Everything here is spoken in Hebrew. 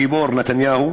הגיבור נתניהו,